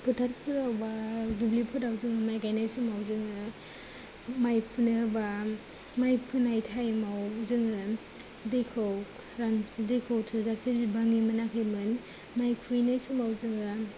फोथारफोराव बा दुब्लिफोराव जों माइ गायनाय समाव जोङो माइ फुनो बा माइ फोनाय टाइमाव जोङो दैखौ रान दैखौ थोजासे बिबांनि मोनाखैमोन माइ खुबैनाय समाव जोङो